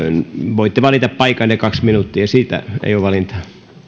voitte valita paikan ja kaksi minuuttia siitä ei ole valintaa